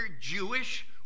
Jewish